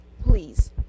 please